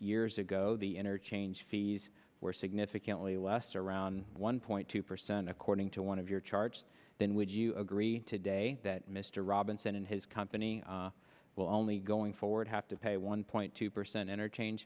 years ago the interchange fees were significantly less around one point two percent according to one of your charts then would you agree today that mr robinson and his company will only going forward have to pay one point two percent inter